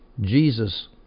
Jesus